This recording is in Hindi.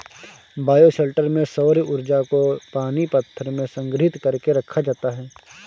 बायोशेल्टर में सौर्य ऊर्जा को पानी पत्थर में संग्रहित कर के रखा जाता है